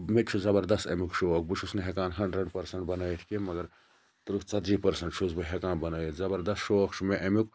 مےٚ تہِ چھُ زَبَردَس امیُک شوق بہٕ چھُس نہٕ ہیٚکان ہَنٛڈرَڈ پرسَنٹ بَنٲیِتھ کینٛہہ مَگَر تٕرہ ژَتجی پرسَنٹ چھُس بہٕ ہیٚکان بَنٲیِتھ زَبَردَس شوق چھُ مےٚ امیُک